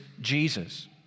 Jesus